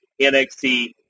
NXT